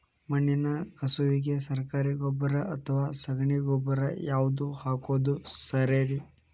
ಮಣ್ಣಿನ ಕಸುವಿಗೆ ಸರಕಾರಿ ಗೊಬ್ಬರ ಅಥವಾ ಸಗಣಿ ಗೊಬ್ಬರ ಯಾವ್ದು ಹಾಕೋದು ಸರೇರಿ?